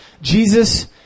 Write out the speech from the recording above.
Jesus